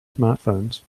smartphones